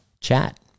chat